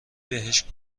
بهش